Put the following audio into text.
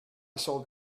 sold